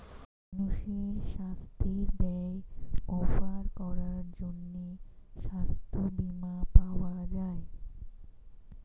মানুষের সাস্থের ব্যয় কভার করার জন্যে সাস্থ বীমা পাওয়া যায়